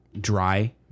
dry